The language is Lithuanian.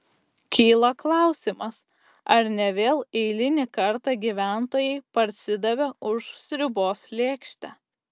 kyla klausimas ar ne vėl eilinį kartą gyventojai parsidavė už sriubos lėkštę